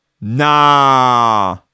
Nah